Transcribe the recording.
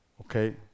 Okay